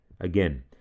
Again